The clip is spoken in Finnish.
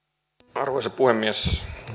arvoisa puhemies